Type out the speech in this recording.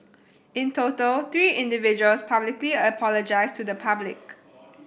in total three individuals publicly apologised to the public